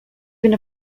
been